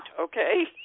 Okay